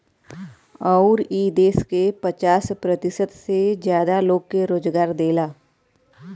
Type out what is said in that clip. अउर ई देस के पचास प्रतिशत से जादा लोग के रोजगारो देला